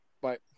Bye